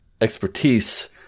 expertise